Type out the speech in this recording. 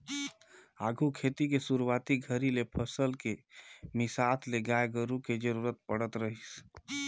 आघु खेती के सुरूवाती घरी ले फसल के मिसात ले गाय गोरु के जरूरत पड़त रहीस